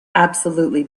absolutely